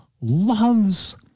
loves